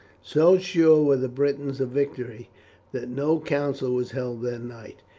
so sure were the britons of victory that no council was held that night.